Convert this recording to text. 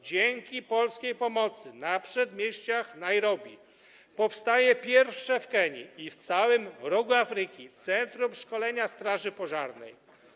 Dzięki polskiej pomocy na przedmieściach Nairobi powstaje pierwsze w Kenii i w całym Rogu Afryki centrum szkolenia straży pożarnej.